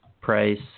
price